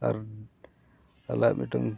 ᱟᱨ ᱛᱟᱞᱦᱮ ᱢᱤᱫᱴᱟᱝ